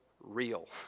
real